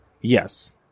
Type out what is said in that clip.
Yes